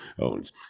owns